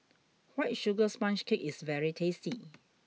white sugar sponge cake is very tasty